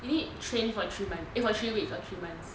you need train for three months eh for three weeks or three months